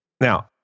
Now